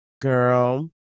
Girl